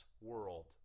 world